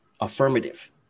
affirmative